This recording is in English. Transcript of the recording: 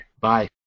Bye